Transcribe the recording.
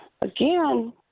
Again